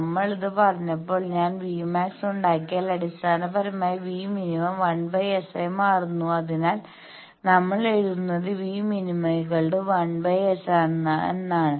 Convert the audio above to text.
നമ്മൾ ഇത് പറഞ്ഞപ്പോൾ ഞാൻ Vmax ഉണ്ടാക്കിയാൽ അടിസ്ഥാനപരമായി Vmin 1S ആയി മാറുന്നു അതിനാൽ നമ്മൾ എഴുതുന്നത് V min 1S എന്നാണ്